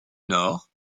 nord